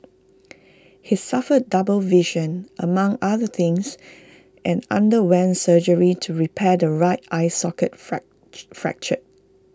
he suffered double vision among other things and underwent surgery to repair the right eye socket fracture